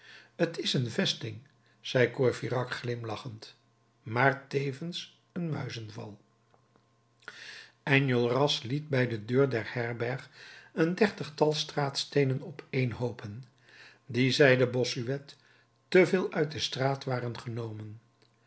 t is een vesting zei courfeyrac glimlachend maar tevens een muizenval enjolras liet bij de deur der herberg een dertigtal straatsteenen opeenhoopen die zeide bossuet te veel uit de straat waren genomen